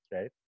right